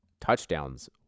touchdowns